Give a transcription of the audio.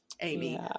Amy